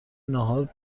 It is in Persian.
ناهار